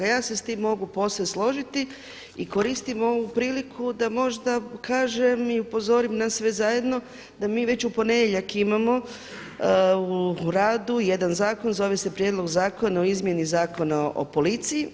Ja se s tim mogu posve složiti i koristim ovu priliku da možda kažem i upozorim nas sve zajedno da mi već u ponedjeljak imamo u radu jedan zakon zove se prijedlog Zakona o izmjeni Zakon o policiji.